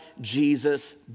Jesus